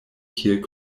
kiel